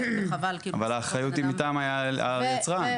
וחבל --- אבל האחריות היא מטעם היצרן.